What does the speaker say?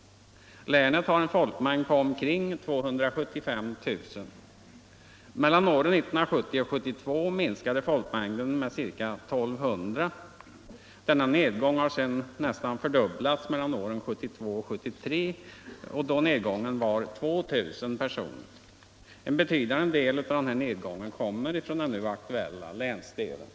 Länet har en folkmängd på Nr 27 omkring 275 000. Mellan åren 1970 och 1972 minskade folkmängden Torsdagen den med ca 1 200. Denna nedgång har sedan nästan fördubblats mellan åren 27-februari 1975 1972 och 1973, då nedgången var 2 000 personer. En betydande del av LL nedgången drabbade den nu aktuella länsdelen.